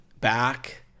back